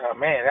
man